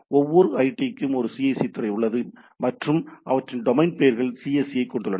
ஒவ்வொரு iit க்கும் ஒரு cse துறை உள்ளது மற்றும் அவற்றின் டொமைன் பெயர்கள் cse ஐக் கொண்டுள்ளன